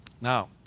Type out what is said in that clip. Now